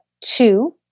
two